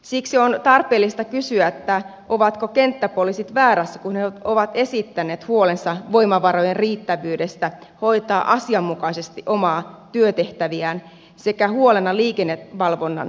siksi on tarpeellista kysyä ovatko kenttäpoliisit väärässä kun he ovat esittäneet huolensa voimavarojen riittävyydestä hoitaa asianmukaisesti omia työtehtäviään sekä huolen liikennevalvonnan tilasta